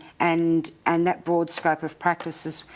and and that broad scope of practice is.